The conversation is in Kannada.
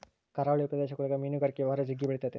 ಕರಾವಳಿ ಪ್ರದೇಶಗುಳಗ ಮೀನುಗಾರಿಕೆ ವ್ಯವಹಾರ ಜಗ್ಗಿ ಬೆಳಿತತೆ